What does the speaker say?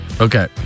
Okay